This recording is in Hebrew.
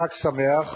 חג שמח.